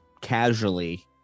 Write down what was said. casually